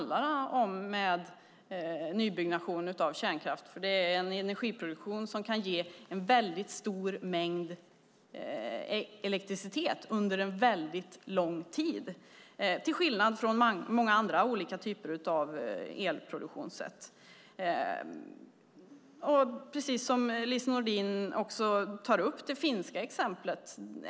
Det är en energiproduktion som kan ge en stor mängd elektricitet under väldigt lång tid till skillnad från andra typer av elproduktion. Lise Nordin tar upp det finska exemplet.